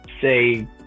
say